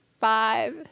five